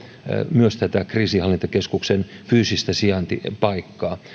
myös tätä kriisinhallintakeskuksen fyysistä sijaintipaikkaa